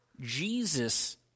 Jesus